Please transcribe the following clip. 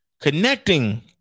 connecting